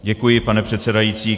Děkuji, pane předsedající.